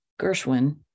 Gershwin